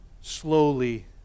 slowly